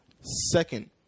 Second